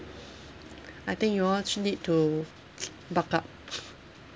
I think you all sh~ need to bulk up